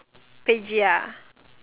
Paige ah